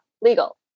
legal